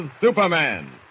Superman